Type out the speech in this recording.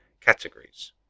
categories